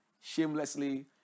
shamelessly